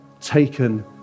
taken